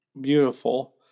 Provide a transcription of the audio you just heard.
Beautiful